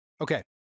Okay